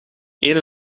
één